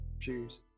Cheers